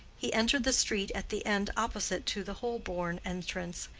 he entered the street at the end opposite to the holborn entrance,